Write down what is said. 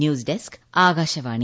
news desk Akashvani